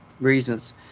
reasons